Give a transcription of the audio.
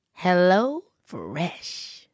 HelloFresh